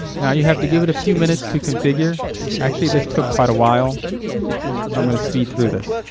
now you have to give it a few minutes to configure actually this took quite a while so i'm gonna speed through this